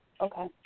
Okay